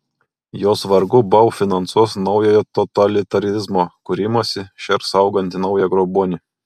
jos vargu bau finansuos naujojo totalitarizmo kūrimąsi šers augantį naują grobuonį